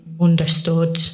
understood